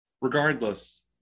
Regardless